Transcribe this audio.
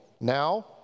now